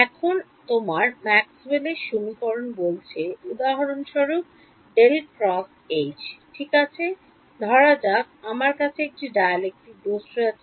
এখন তোমার ম্যাক্সওয়েলের সমীকরণ Maxwell's Equation বলছে উদাহরণ স্বরূপ ঠিক আছে ধরা যাক আমার কাছে একটা dielectric বস্তু আছে